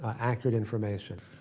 ah accurate information.